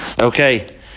Okay